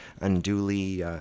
unduly